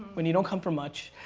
when you don't come from much,